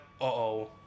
uh-oh